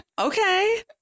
Okay